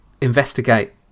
investigate